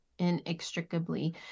inextricably